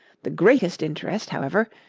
the greatest interest, however,